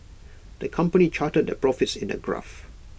the company charted their profits in A graph